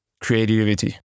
creativity